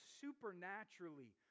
supernaturally